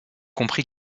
compris